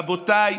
רבותיי,